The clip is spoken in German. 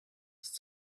ist